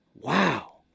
Wow